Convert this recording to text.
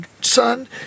son